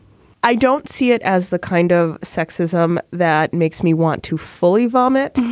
i don't see it as the kind of sexism that makes me want to fully vomit,